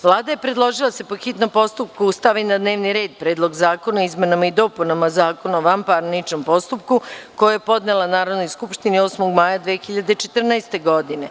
Vlada je predložila da se po hitnom postupku stavi na dnevni red Predlog zakona o izmenama i dopunama Zakon o vanparničnom postupku, koji je podnela Narodnoj skupštini 8. maja 2014. godine.